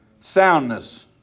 Soundness